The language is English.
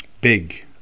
big